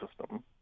system